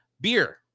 Beer